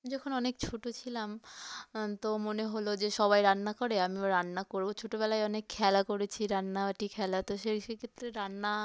যখন অনেক ছোটো ছিলাম তো মনে হলো যে সবাই রান্না করে আমিও রান্না করব ছোটোবেলায় অনেক খেলা করেছি রান্না বাটি খেলা তো সেই সে ক্ষেত্রে রান্না